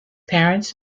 parents